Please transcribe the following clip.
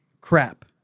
crap